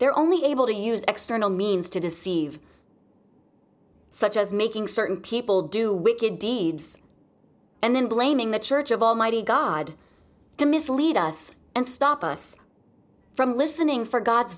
they're only able to use external means to deceive such as making certain people do wicked deeds and then blaming the church of almighty god to mislead us and stop us from listening for god's